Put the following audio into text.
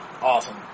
Awesome